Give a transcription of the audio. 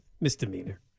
misdemeanor